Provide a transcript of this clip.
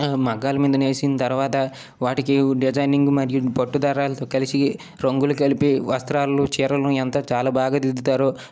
మగ్గాల మీద నేసిన తరువాత వాటికి డిజైనింగ్ మరియు పట్టు దారాలతో కలిసి రంగులు కలిపి వస్త్రాలు చీరలు ఎంతోచాలా బాగా దిద్దుతారు